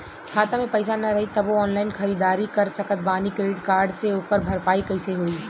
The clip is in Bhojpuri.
खाता में पैसा ना रही तबों ऑनलाइन ख़रीदारी कर सकत बानी क्रेडिट कार्ड से ओकर भरपाई कइसे होई?